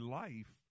life